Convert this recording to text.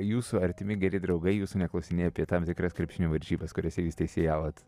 jūsų artimi geri draugai jūsų neklausinėja apie tam tikras krepšinio varžybas kuriose jūs teisėjavot